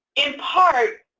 in part,